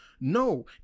No